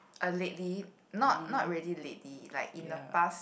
uh lately not not really lately like in the past